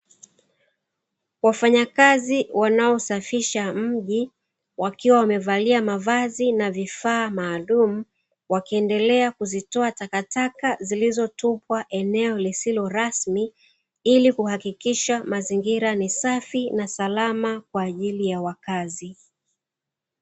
Wafanyakazi wanaosafisha mji, wakiwa wamevalia mavazi na vifaa maalumu, wakiendelea kuzitoa takataka zilizotupwa eneo lisilo rasmi, ili kuhakikisha mazingira ni safi na salama kwa ajili ya wakazi.